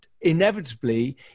inevitably